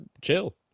chill